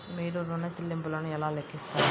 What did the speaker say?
మీరు ఋణ ల్లింపులను ఎలా లెక్కిస్తారు?